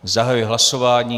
Zahajuji hlasování.